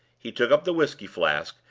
he took up the whisky flask,